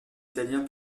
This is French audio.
italien